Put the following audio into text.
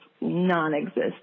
non-existent